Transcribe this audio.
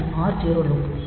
பின்னர் R0 loop